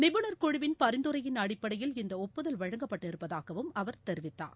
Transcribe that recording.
நிபுணர் குழுவின் பரிந்துரையின் அடிப்படையில் இந்தஒப்புதல் வழங்கப்பட்டிருப்பதாகவும் அவர் தெரிவித்தார்